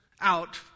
out